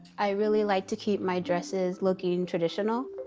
i really like to keep my dresses looking traditional.